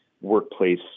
workplace